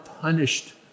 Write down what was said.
punished